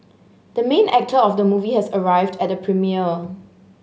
the main actor of the movie has arrived at the premiere